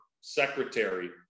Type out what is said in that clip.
secretary